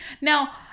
Now